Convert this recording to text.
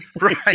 Right